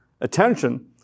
attention